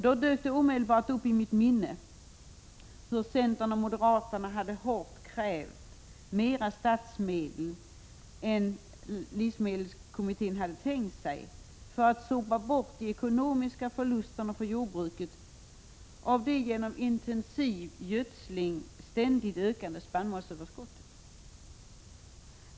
Då dök det omedelbart upp i mitt minne att centerpartiet och moderaterna hårt krävde mera statsmedel än livsmedelskommittén hade tänkt sig för att sopa bort de ekonomiska förlusterna för jordbruket av de på grund av intensiv gödsling ständigt ökande spannmålsöverskotten.